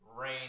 rain